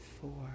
four